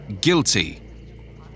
guilty